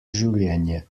življenje